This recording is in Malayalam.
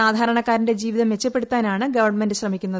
സാധാരണക്കാരന്റെ ജീവിതം മെച്ചപ്പെടുത്താനാണ് ഗവൺമെന്റ് ശ്രമിക്കുന്നത്